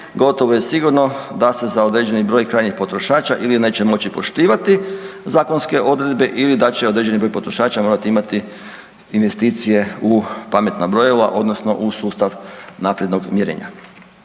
gotovo je sigurno da se za određeni broj krajnjih potrošača ili neće moći poštivati zakonske odredbe ili da će određeni broj potrošača morati imati investicije u pametna brojila odnosno u sustav naprednog mjerenja.